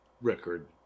Record